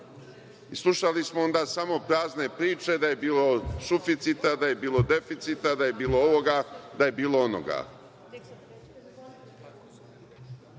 Slušali smo onda samo prazne priče da je bilo suficita, da je bilo deficita, da je bilo ovoga, da je bilo onoga.